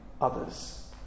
others